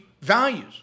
values